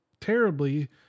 terribly